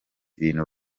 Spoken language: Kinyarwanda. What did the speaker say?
ibintu